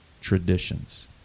traditions